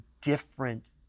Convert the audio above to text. different